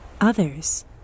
Others